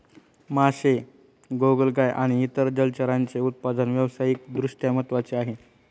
मासे, गोगलगाय आणि इतर जलचरांचे उत्पादन व्यावसायिक दृष्ट्या महत्त्वाचे आहे